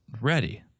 ready